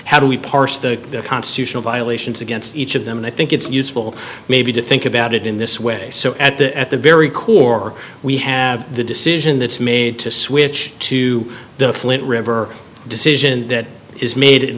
how do we parse the constitutional violations against each of them and i think it's useful maybe to think about it in this way so at the at the very core we have the decision that's made to switch to the flint river decision that is made at